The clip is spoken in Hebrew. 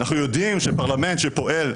אנחנו יודעים שפרלמנט שפועל,